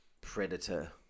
predator